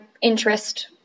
interest